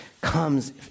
comes